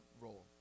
role